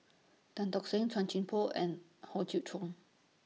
Tan Tock Seng Chuan Poh and Hock Chew Chong